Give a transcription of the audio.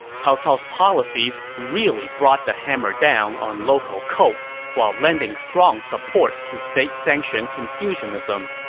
cao cao's policies really brought the hammer down on local cults while lending strong support to state-sanctioned confucianism.